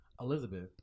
Elizabeth